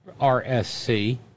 RSC